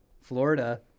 Florida—